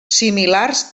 similars